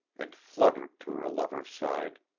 and fluttered to her lover's side.